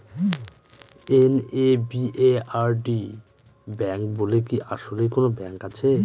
NABARD bank বলে কি আসলেই কোনো ব্যাংক আছে?